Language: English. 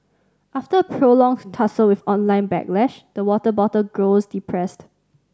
after a prolonged tussle with online backlash the water bottle grows depressed